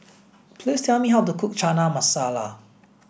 please tell me how to cook Chana Masala